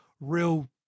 real